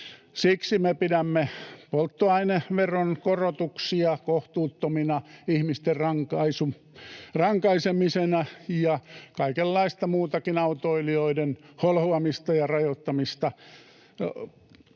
Siksi me pidämme polttoaineveron korotuksia kohtuuttomana ihmisten rankaisemisena, ja kaikenlaista muutakaan autoilijoiden holhoamista ja rajoittamista